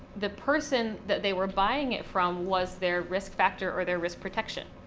the person that they were buying it from was their risk factor or their risk protection.